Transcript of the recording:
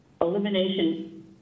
elimination